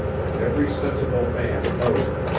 and every sensible man knows it.